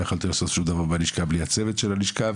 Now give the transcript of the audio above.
לא יכולתי לעשות שום דבר בלשכה בלי הצוות של הלשכה,